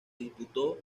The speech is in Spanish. disputó